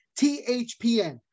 THPN